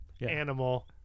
animal